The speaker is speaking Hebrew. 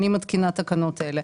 אני מתקינה תקנות אלה: